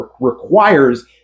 requires